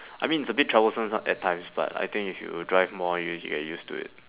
I mean it's a bit troublesome some~ at times but I think if you drive more you'll usually get used to it